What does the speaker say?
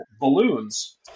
Balloons